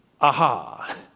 Aha